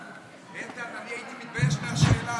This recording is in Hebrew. איתן, אני הייתי מתבייש בשאלה הזאת.